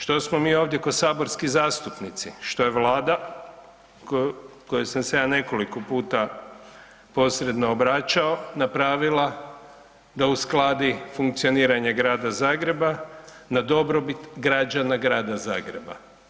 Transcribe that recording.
Što smo mi ovdje ko saborski zastupnici, što je Vlada kojom sam se ja nekoliko put posredno obraćao napravila da uskladi funkcioniranje Grada Zagreba na dobrobit građana Grada Zagreba?